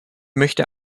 möchte